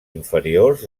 inferiors